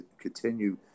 continue